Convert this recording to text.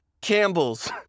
Campbell's